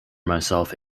myself